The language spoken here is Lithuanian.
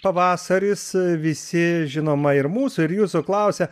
pavasaris visi žinoma ir mūsų ir jūsų klausia